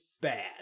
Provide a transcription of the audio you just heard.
bad